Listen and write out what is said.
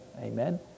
Amen